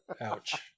Ouch